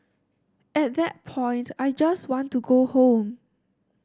at that point I just want to go home